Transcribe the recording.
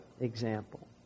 example